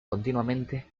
continuamente